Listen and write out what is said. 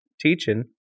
teaching